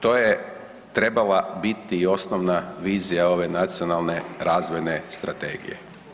To je trebala biti i osnovna vizija ove nacionalne razvojne strategije.